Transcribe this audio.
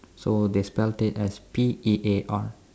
so they spelt it as P E A R